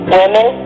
women